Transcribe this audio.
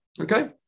Okay